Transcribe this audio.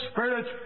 Spirit